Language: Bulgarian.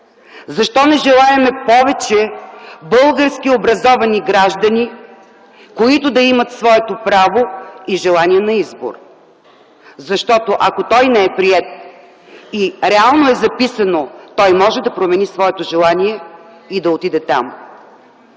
Защо не желаем повече български образовани граждани, които да имат своето право и желание на избор? Ако той не е приет и реално е записано, може да промени своето желание и да отиде там.